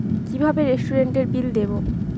কিভাবে রেস্টুরেন্টের বিল দেবো?